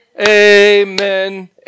Amen